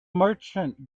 merchant